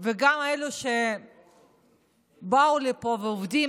גם אלה שבאו לפה ועובדים,